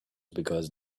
because